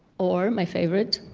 or my favorite.